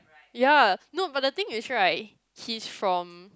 ya no but the thing is right he's from